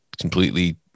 completely